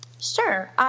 Sure